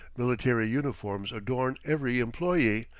military uniforms adorn every employee,